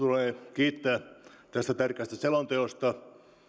kiittää tästä tärkeästä selonteosta